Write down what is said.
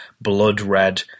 blood-red